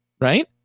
right